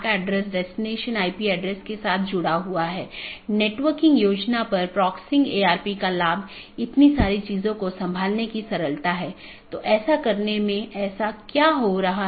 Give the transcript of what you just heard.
update message का उपयोग व्यवहार्य राउटरों को विज्ञापित करने या अव्यवहार्य राउटरों को वापस लेने के लिए किया जाता है